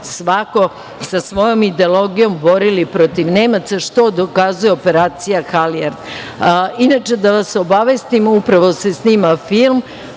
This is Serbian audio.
svako sa svojom ideologijom, borili protiv Nemaca, što dokazuje operacija Halijard. Inače, da vas obavestim, upravo se snima film